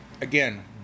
Again